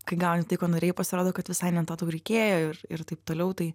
kai gauni tai ko norėjai pasirodo kad visai ne to tau reikėjo ir ir taip toliau tai